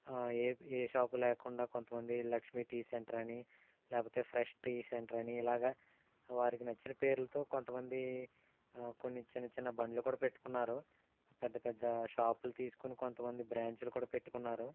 ఏ ఏ షాపు లేకుండా కొంతమంది లక్ష్మి టీ సెంటర్ అని లేకపోతే ఫ్రెష్ టీ సెంటర్ అని ఇలాగ వారికి నచ్చిన పేర్లతో కొంతమంది కొన్ని చిన్న చిన్న బండ్లు కూడా పెట్టుకున్నారు పెద్ద పెద్ద షాపులు తీసుకొని కొంతమంది బ్రాంచీలు కూడా పెట్టుకున్నారు